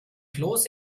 kloß